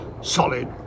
solid